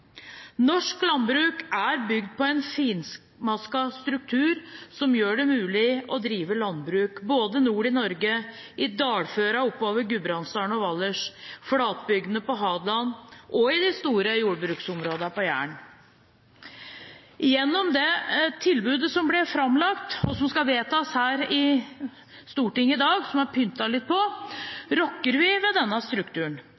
Norsk landbruk er bygd på en finmasket struktur, som gjør det mulig å drive landbruk både nord i Norge, i dalførene oppover Gudbrandsdalen og Valdres, i flatbygdene på Hadeland og i de store jordbruksområdene på Jæren. Gjennom det tilbudet som ble framlagt, og som skal vedtas her i Stortinget i dag – som er pyntet litt på – rokker vi ved denne strukturen.